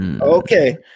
Okay